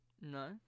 No